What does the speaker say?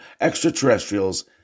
extraterrestrials